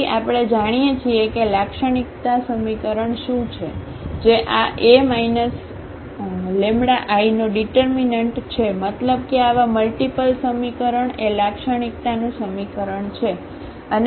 તેથી આપણે જાણીએ છીએ કે લાક્ષણિકતા સમીકરણ શું છે જે આ A λIનો ઙીટરમીનન્ટ છે મતલબ કે આવા મલ્ટીપલ સમીકરણ એ લાક્ષણિકતાનું સમીકરણ છે